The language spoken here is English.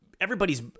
everybody's